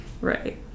Right